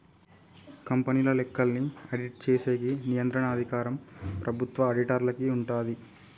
కంపెనీల లెక్కల్ని ఆడిట్ చేసేకి నియంత్రణ అధికారం ప్రభుత్వం ఆడిటర్లకి ఉంటాది